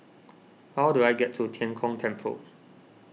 how do I get to Tian Kong Temple